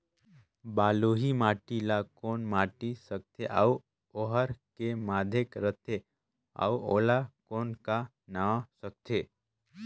बलुही माटी ला कौन माटी सकथे अउ ओहार के माधेक राथे अउ ओला कौन का नाव सकथे?